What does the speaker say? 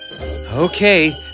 Okay